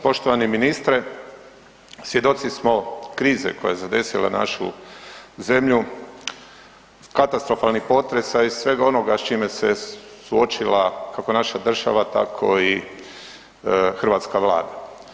Poštovani ministre, svjedoci smo krize koja je zadesila našu zemlju, katastrofalnih potresa i svega onoga s čime se suočila kako naša država tako i hrvatska vlada.